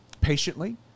patiently